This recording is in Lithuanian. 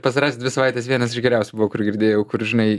pastarąsias dvi savaites vienas iš geriausių buvo kurį girdėjau kur žinai